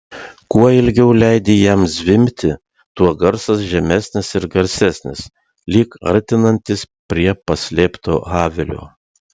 kuo ilgiau leidi jam zvimbti tuo garsas žemesnis ir garsesnis lyg artinantis prie paslėpto avilio